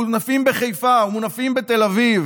מונפים בחיפה ומונפים בתל אביב,